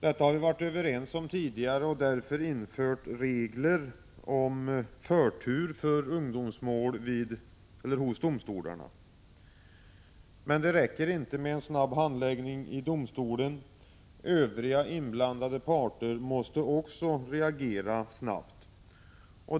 Detta har vi varit överens om tidigare och därför infört regler om förtur för ungdomsmål hos domstolarna. Men det räcker inte med en snabb handläggning i domstolen, också övriga inblandade parter måste reagera snabbt.